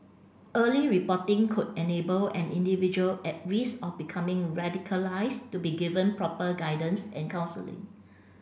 early reporting could enable an individual at risk of becoming radicalised to be given proper guidance and counselling